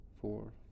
four